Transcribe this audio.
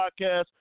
Podcast